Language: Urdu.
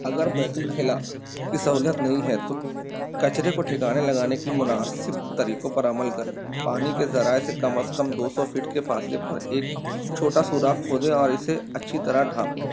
اگر بیت الخلا کی سہولیت نہیں ہے تو کچرے کو ٹھکانے لگانے کی مناسب طریقوں پر عمل کریں پانی کے ذرائع سے کم از کم دو سو فٹ کے فاصلے پر ایک چھوٹا سوراخ کھودیں اور اسے اچھی طرح ڈھانپیں